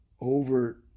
over